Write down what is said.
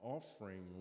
Offering